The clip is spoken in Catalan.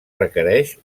requereix